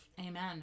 Amen